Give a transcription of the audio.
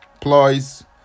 ploys